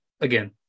again